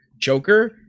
joker